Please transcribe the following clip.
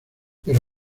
pero